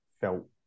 felt